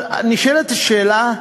אבל נשאלת השאלה,